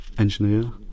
engineer